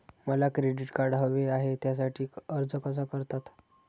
मला credit card हवे आहे त्यासाठी अर्ज कसा करतात?